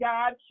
God